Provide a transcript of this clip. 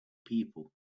people